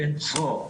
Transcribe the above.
בן צרור,